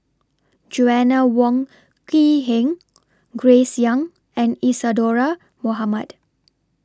Joanna Wong Quee Heng Grace Young and Isadhora Mohamed